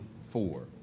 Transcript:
four